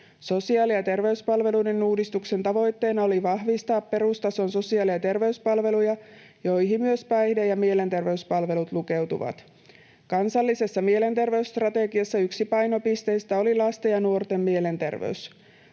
Sosiaali‑ ja terveyspalveluiden uudistuksen tavoitteena oli vahvistaa perustason sosiaali‑ ja terveyspalveluja, joihin myös päihde‑ ja mielenterveyspalvelut lukeutuvat. Kansallisessa mielenterveysstrategiassa yksi painopisteistä oli lasten ja nuorten mielenterveys.